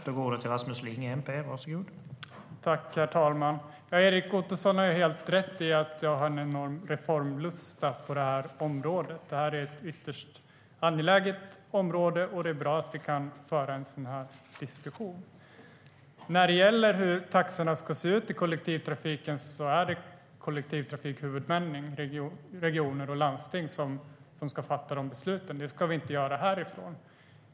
Herr talman! Erik Ottoson har helt rätt i att jag har en enorm reformlusta på det här området. Det här ett ytterst angeläget område, och det är bra att vi kan föra en sådan här diskussion. När det gäller hur taxorna ska se ut i kollektivtrafiken är det kollektivtrafikhuvudmännen i regioner och landsting som ska fatta de besluten. Det ska vi inte göra härifrån.